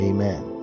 Amen